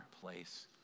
place